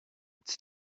it’s